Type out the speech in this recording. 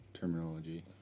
terminology